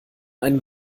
einen